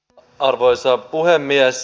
arvoisa puhemies